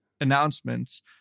announcements